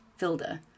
Vilda